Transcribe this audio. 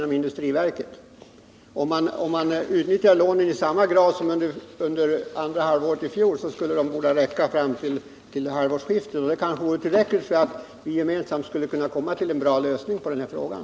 Om lånen utnyttjas i samma grad som under andra halvåret i fjol borde pengarna räcka fram till halvårsskiftet 1979, och det vore kanske tillräckligt för att under tiden gemensamt kunna komma fram till en bra lösning av den här frågan.